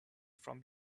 from